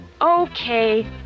Okay